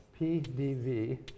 pdv